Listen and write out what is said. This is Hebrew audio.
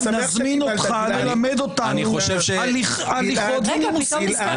נזמין אותך ללמד אותנו הליכות נימוסין.